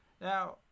Now